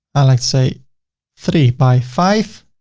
i'd like to say three by five,